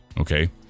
okay